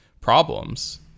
problems